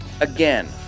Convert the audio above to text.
again